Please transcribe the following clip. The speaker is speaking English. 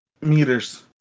meters